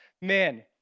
man